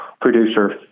producer